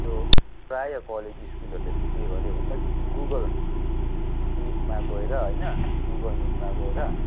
यो प्रायः कलेज स्कुलहरूले चाहिँ के गऱ्यो भन्दा गुगलमिटमा गएर होइन गुगलमिटमा गएर